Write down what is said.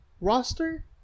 roster